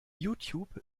youtube